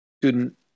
student